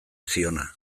ziona